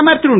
பிரதமர் திரு